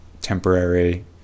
temporary